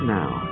now